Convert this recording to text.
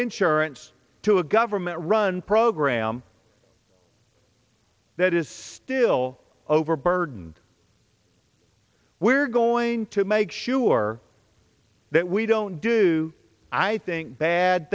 insurance to a government run program that is still overburdened we're going to make sure that we don't do i think bad